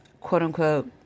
quote-unquote